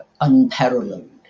unparalleled